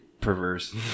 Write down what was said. perverse